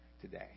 today